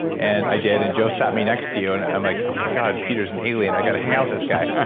and i did. and joe sat me next to you and i'm like, oh my god. peter's an alien. i got to hang out with this guy.